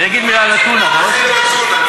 אגיד מילה על הטונה, אתה לא רוצה?